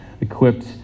equipped